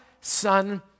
Son